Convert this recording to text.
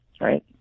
right